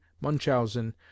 Munchausen